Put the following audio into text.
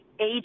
age